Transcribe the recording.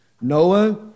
Noah